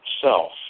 self